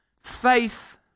faith